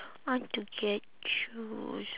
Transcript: I want to get shoes